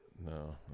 No